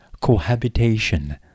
cohabitation